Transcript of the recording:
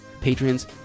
patrons